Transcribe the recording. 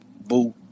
Boo